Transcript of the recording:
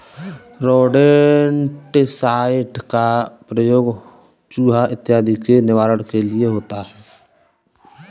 rodenticide का प्रयोग चुहा इत्यादि के निवारण के लिए होता है